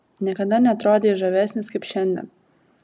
niekada neatrodei žavesnis kaip šiandien